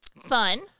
Fun